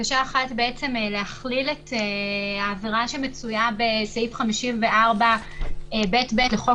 בקשה אחת להכליל את העבירה שמצויה בסעיף 54ב(ב) לחוק